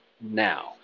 now